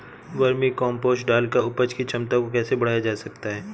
Vermi compost डालकर उपज की क्षमता को कैसे बढ़ाया जा सकता है?